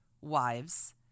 wives